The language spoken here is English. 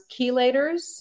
chelators